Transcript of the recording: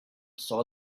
saw